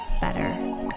better